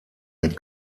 mit